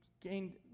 gained